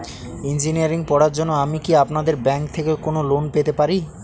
Engineering পড়ার জন্য আমি কি আপনাদের ব্যাঙ্ক থেকে কোন লোন পেতে পারি?